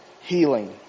healing